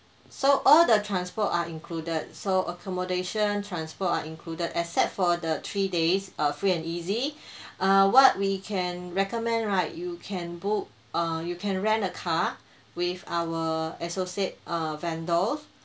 so all the transport are included so accommodation transport are included except for the three days uh free and easy err what we can recommend right you can book err you can rent a car with our associate uh vendor